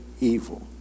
evil